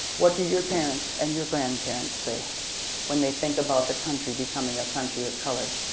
what do your parents and your grand parents say when they think about the country becoming a country of color?